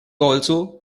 also